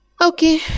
Okay